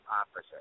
opposite